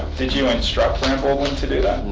did you instruct brown baldwin to do that?